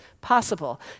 possible